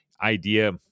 idea